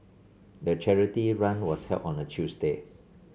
the charity run was held on a Tuesday